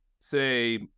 say